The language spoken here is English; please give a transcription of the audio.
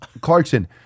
Clarkson